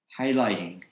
Highlighting